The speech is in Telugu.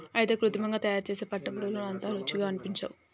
అయితే కృత్రిమంగా తయారుసేసే పుట్టగొడుగులు అంత రుచిగా అనిపించవు